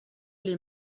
les